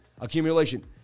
accumulation